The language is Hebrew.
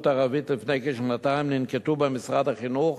ערבית לפני כשנתיים ננקטו במשרד החינוך